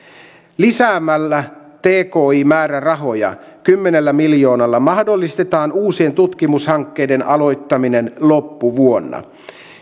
lisäämällä tki määrärahoja kymmenellä miljoonalla mahdollistetaan uusien tutkimushankkeiden aloittaminen loppuvuonna